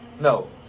No